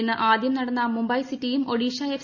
ഇന്ന് ആദ്യം നടന്ന മുംബൈ സിറ്റിയും ഒഡീഷ എഫ്